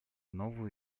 новую